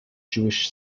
jewish